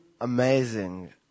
amazing